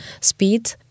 speed